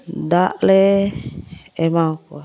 ᱫᱟᱜᱞᱮ ᱮᱢᱟᱣᱟᱠᱚᱣᱟ